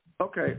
Okay